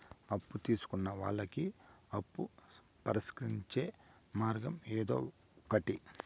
అప్పు తీసుకున్న వాళ్ళకి అప్పు పరిష్కరించే మార్గం ఇదొకటి